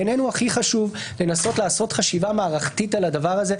בעינינו הכי חשוב לנסות לעשות חשיבה מערכתית על הדבר הזה,